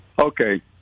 Okay